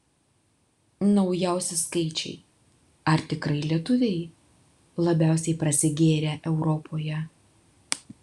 naujausi skaičiai ar tikrai lietuviai labiausiai prasigėrę europoje